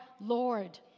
Lord